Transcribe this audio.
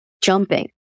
jumping